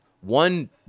One